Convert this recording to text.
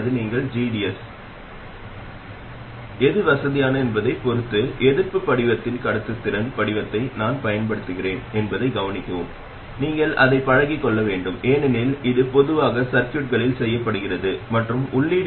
இது எதிர்மறையான பின்னூட்டத்தின் மற்றொரு அம்சம் நிச்சயமாக நான் அதை தெளிவற்ற முறையில் மட்டுமே கூறியுள்ளேன் ஏனென்றால் அதை சரியாகக் குறிப்பிட நீங்கள் அளவு ஒப்பீடுகளையும் செய்ய வேண்டும் டிரான்ஸ் கடத்துத்திறன் இதை விட சிறியது மற்றும் அதனால் ஆனால் பொதுவாக சுற்று மிகவும் நேர்கோட்டில் உள்ளது